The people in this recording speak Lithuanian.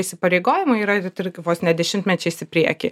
įsipareigojimai yra ir tarkim vos ne dešimtmečiais į priekį